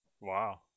Wow